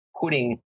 putting